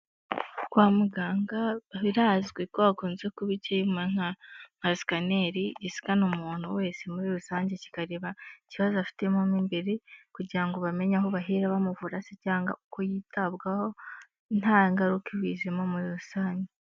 Kwa muganga birazwi ko hakunze kuba icyuma nka sikaneri, isikana umuntu wese muri rusange kikareba ikibazo afite mo imbere kugira ngo bamenye aho bahera bamuvura cyangwa uko yitabwaho nta ngaruka ibijemo muri rusange.